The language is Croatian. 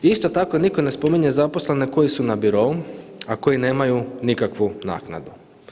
Isto tako, nitko ne spominje zaposlene koji su na birou, a koji nemaju nikakvu naknadu.